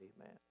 Amen